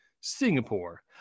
Singapore